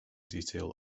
detail